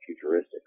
futuristic